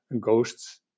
ghosts